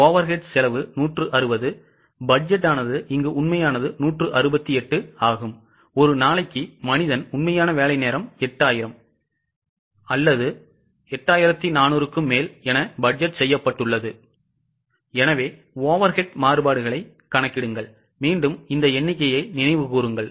9 overhead செலவு 160 budget உண்மையானது 168 ஆகும் ஒரு நாளைக்கு மனிதன் உண்மையான வேலை நேரம் 8000 அல்லது 8400க்கு மேல்என பட்ஜெட் செய்யப்பட்டுள்ளது எனவே overhead மாறுபாடுகளை கணக்கிடுங்கள்